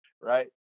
right